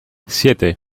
siete